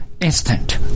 instant